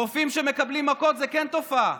רופאים שמקבלים מכות זה כן תופעה.